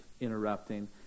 interrupting